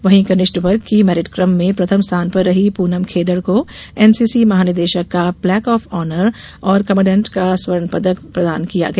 वहीं कनिष्ठ वर्ग की मेरिट कम में प्रथम स्थान पर रही पूनम खेदड़ को एनसीसी महानिदेशक का प्लेक आफ ऑनर और कमान्डेन्ट का स्वर्णपदक प्रदान किया गया